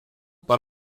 but